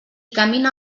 camina